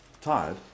tired